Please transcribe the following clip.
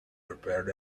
prepared